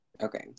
Okay